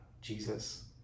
Jesus